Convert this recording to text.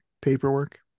paperwork